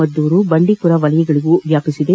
ಮದ್ದೂರು ಬಂಡೀಪುರ ವಲಯಗಳಿಗೂ ವ್ಯಾಪಿಸಿದೆ